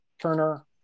Turner